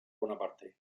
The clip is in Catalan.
bonaparte